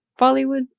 Bollywood